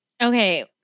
Okay